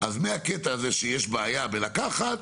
מהקטע הזה: יש בעיה בלקחת